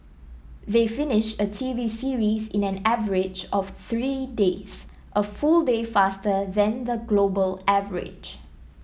they finish a T V series in an average of three days a full day faster than the global average